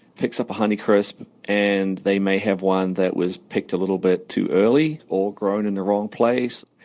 picks up a honeycrisp, and they may have one that was picked little bit too early, or grown in the wrong place,